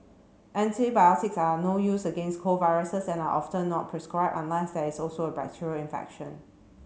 antibiotics are no use against cold viruses and are often not prescribed unless there is also a bacterial infection